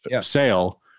sale